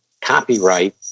copyright